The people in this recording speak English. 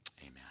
Amen